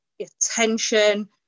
attention